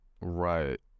Right